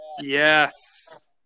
yes